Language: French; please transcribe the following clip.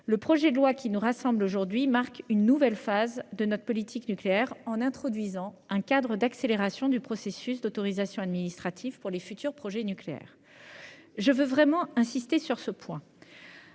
le projet de loi qui nous rassemble aujourd'hui marque une nouvelle phase de notre politique nucléaire, en introduisant un cadre visant à l'accélération du processus des autorisations administratives pour les projets nucléaires. Je veux véritablement y insister : ce texte